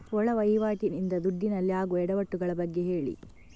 ಒಳ ವಹಿವಾಟಿ ನಿಂದ ದುಡ್ಡಿನಲ್ಲಿ ಆಗುವ ಎಡವಟ್ಟು ಗಳ ಬಗ್ಗೆ ಹೇಳಿ